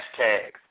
hashtags